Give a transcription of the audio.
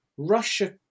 Russia